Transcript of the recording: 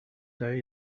day